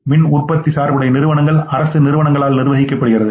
மின் உற்பத்தி சார்புடைய நிறுவனங்கள் அரசு நிறுவனங்களால் நிர்வகிக்கப்படுகிறது